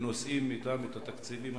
ונושאים אתם את התקציבים,